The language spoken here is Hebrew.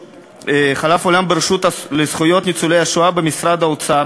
אולם ברשות לזכויות ניצולי השואה במשרד האוצר